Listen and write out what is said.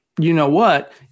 you-know-what